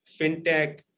FinTech